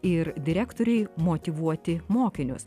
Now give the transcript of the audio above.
ir direktoriai motyvuoti mokinius